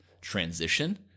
transition